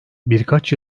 birkaç